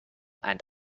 and